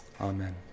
Amen